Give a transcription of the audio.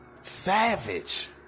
savage